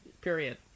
Period